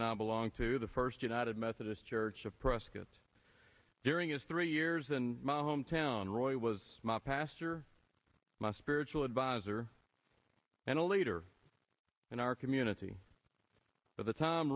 and i belong to the first united methodist church of prescott during his three years in my hometown roy was my pastor my spiritual adviser and a leader in our community at the time